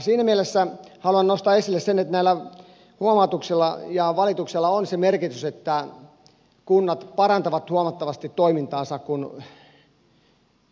siinä mielessä haluan nostaa esille sen että näillä huomautuksilla ja valituksilla on se merkitys että kunnat parantavat huomattavasti toimintaansa kun